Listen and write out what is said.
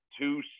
Two